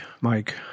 Mike